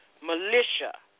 militia